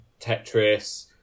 Tetris